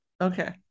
Okay